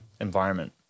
environment